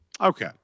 Okay